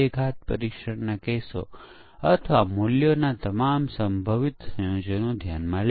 અહીં પણ પરીક્ષણ કેસની રચના માટે અનુભવી અને લાયક લોકોની જરૂર છે